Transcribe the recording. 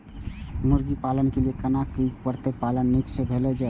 मुर्गी पालन के लिए केना करी जे वोकर पालन नीक से भेल जाय?